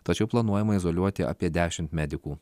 tačiau planuojama izoliuoti apie dešimt medikų